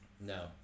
No